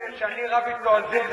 הדבר היפה זה שאני רב אתו על זה,